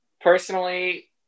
personally